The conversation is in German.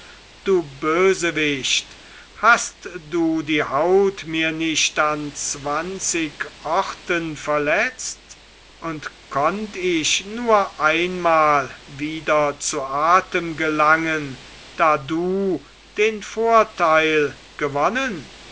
du bösewicht hast du die haut mir nicht an zwanzig orten verletzt und konnt ich nur einmal wieder zu atem gelangen da du den vorteil gewonnen